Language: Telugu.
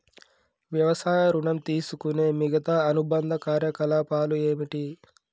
వ్యవసాయ ఋణం తీసుకునే మిగితా అనుబంధ కార్యకలాపాలు ఏమిటి?